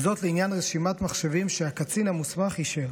וזאת לעניין רשימת מחשבים שהקצין המוסמך אישר.